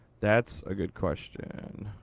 that's a good question.